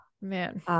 Man